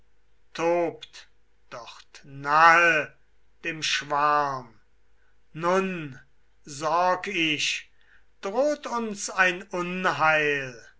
dort nahe dem schwarm nun sorg ich droht uns ein unheil